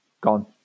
Gone